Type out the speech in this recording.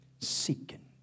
seeking